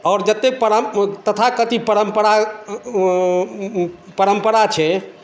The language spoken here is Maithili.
आओर जतेक परम तथाकथित परम्परा परम्परा छै